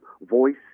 voice